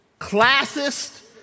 classist